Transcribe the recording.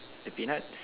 the peanuts